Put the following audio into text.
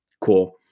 Cool